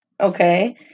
okay